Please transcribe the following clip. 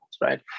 right